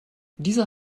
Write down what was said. dieser